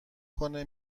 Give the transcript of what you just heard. کنه